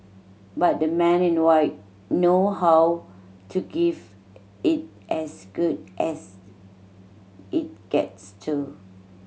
but the Men in White know how to give it as good as it gets too